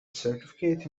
certificate